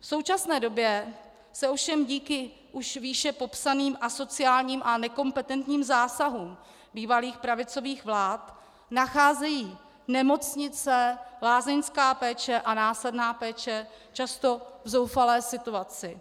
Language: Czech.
V současné době se ovšem díky už výše popsaným asociálním a nekompetentním zásahům bývalých pravicových vlád nacházejí nemocnice, lázeňská péče a následná péče často v zoufalé situaci.